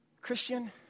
Christian